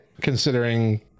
considering